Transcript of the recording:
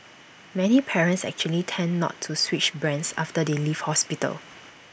many parents actually tend not to switch brands after they leave hospital